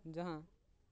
ᱡᱟᱦᱟᱸ